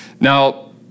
Now